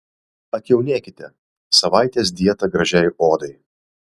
atjaunėkite savaitės dieta gražiai odai